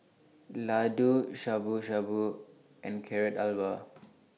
Ladoo Shabu Shabu and Carrot Halwa